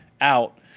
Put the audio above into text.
out